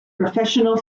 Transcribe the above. professional